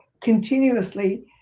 continuously